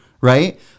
right